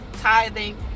tithing